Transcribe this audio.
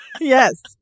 Yes